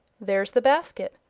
there's the basket.